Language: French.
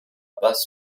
pas